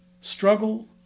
struggle